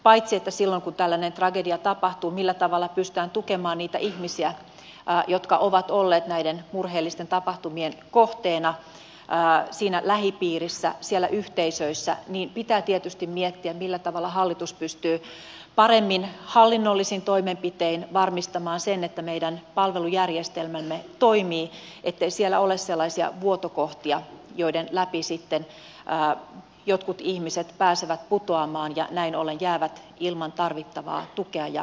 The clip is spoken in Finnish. silloin kun tällainen tragedia tapahtuu pitää miettiä paitsi sitä millä tavalla pystytään tukemaan niitä ihmisiä jotka ovat olleet näiden murheellisten tapahtumien kohteena siinä lähipiirissä siellä yhteisöissä myös tietysti sitä millä tavalla hallitus pystyy paremmin hallinnollisin toimenpitein varmistamaan sen että meidän palvelujärjestelmämme toimii ettei siellä ole sellaisia vuotokohtia joiden läpi sitten jotkut ihmiset pääsevät putoamaan ja näin olen jäävät ilman tarvittavaa tukea ja hoitoa